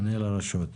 מנהל הרשות.